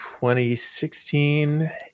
2016